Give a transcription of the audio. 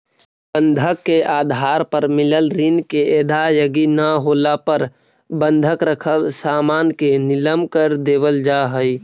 बंधक के आधार पर मिलल ऋण के अदायगी न होला पर बंधक रखल सामान के नीलम कर देवल जा हई